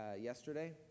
yesterday